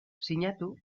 sinatu